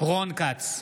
רון כץ,